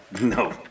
No